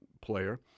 player